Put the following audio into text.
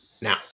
Now